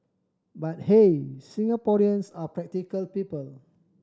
but hey Singaporeans are practical people